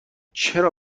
چرا